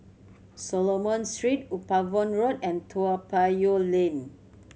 Solomon Street Upavon Road and Toa Payoh Lane